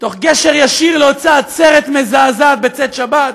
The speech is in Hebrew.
בגשר ישיר לאותה עצרת מזעזעת בצאת שבת,